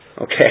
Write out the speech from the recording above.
Okay